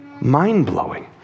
mind-blowing